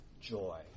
joy